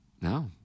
No